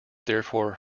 therefore